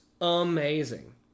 amazing